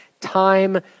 Time